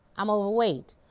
i'm overweight.